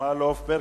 שמאלוב-ברקוביץ,